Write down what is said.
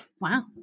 Wow